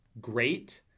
Great